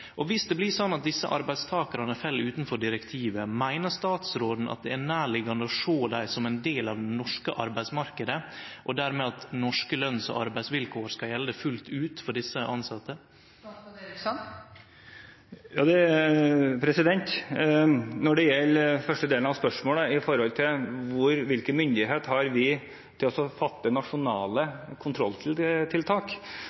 det blir slik at arbeidstakarane i desse selskapa fell utanfor direktivet, meiner statsråden at det er nærliggjande å sjå dei som ein del av den norske arbeidsmarknaden, og at norske løns- og arbeidsvilkår dermed skal gjelde fullt ut for desse tilsette? Når det gjelder den første delen av spørsmålet, hvilken myndighet vi har til å fatte nasjonale kontrolltiltak, opplever jeg det som klart og tydelig ligger i direktivet, at direktivet ikke er til